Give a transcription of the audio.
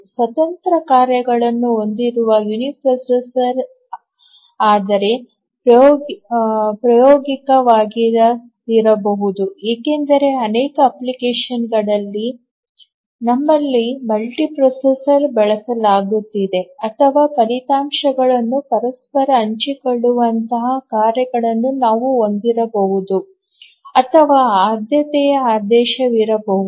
ಸ್ವತಂತ್ರ ಕಾರ್ಯಗಳನ್ನು ಹೊಂದಿರುವ ಯುನಿಪ್ರೊಸೆಸರ್ಆದರೆ ಪ್ರಾಯೋಗಿಕವಾಗಿಲ್ಲದಿರಬಹುದು ಏಕೆಂದರೆ ಅನೇಕ ಅಪ್ಲಿಕೇಶನ್ಗಳಿಗೆ ನಮ್ಮಲ್ಲಿ ಮಲ್ಟಿಪ್ರೊಸೆಸರ್ ಬಳಸಲಾಗುತ್ತಿದೆ ಅಥವಾ ಫಲಿತಾಂಶಗಳನ್ನು ಪರಸ್ಪರ ಹಂಚಿಕೊಳ್ಳುವಂತಹ ಕಾರ್ಯಗಳನ್ನು ನಾವು ಹೊಂದಿರಬಹುದು ಅಥವಾ ಆದ್ಯತೆಯ ಆದೇಶವಿರಬಹುದು